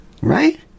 Right